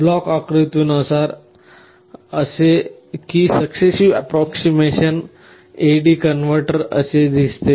block आकृतीनुसार असे की सक्सेससिव्ह अँप्रॉक्सिमेशन AD कन्व्हर्टर असे दिसते